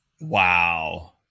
wow